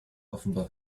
offenbar